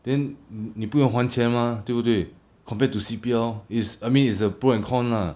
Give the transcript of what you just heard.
then 你不用还钱嘛对不对 compared to C_P_L is I mean it's a pro and con lah